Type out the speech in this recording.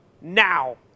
Now